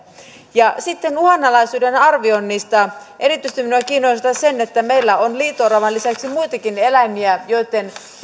sitten uhanalaisuuden arvioinnista erityisesti minua kiinnostaa se että meillä on liito oravan lisäksi muitakin eläimiä joitten